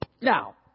Now